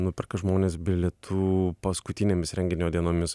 nuperka žmonės bilietų paskutinėmis renginio dienomis